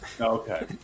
Okay